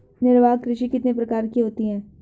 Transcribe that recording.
निर्वाह कृषि कितने प्रकार की होती हैं?